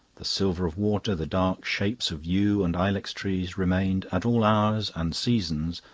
the silver of water, the dark shapes of yew and ilex trees remained, at all hours and seasons,